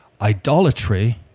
idolatry